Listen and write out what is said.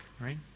right